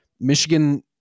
Michigan